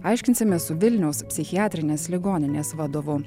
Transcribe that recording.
aiškinsimės su vilniaus psichiatrinės ligoninės vadovu